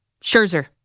Scherzer